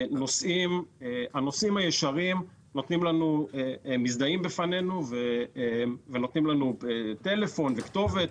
הנוסעים הישרים מזדהים בפנינו ונותנים לנו טלפון וכתובת.